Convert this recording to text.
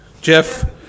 Jeff